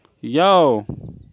Yo